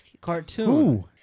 cartoon